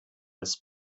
des